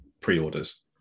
pre-orders